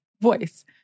voice